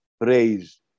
Praise